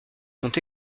sont